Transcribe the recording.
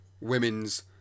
women's